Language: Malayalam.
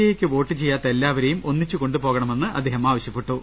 എയ്ക്ക് വോട്ട് ചെയ്യാത്ത എല്ലാവരെയും ഒന്നിച്ച് കൊണ്ടുപോകണമെന്ന് അദ്ദേഹം പറഞ്ഞു